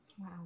Wow